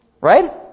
Right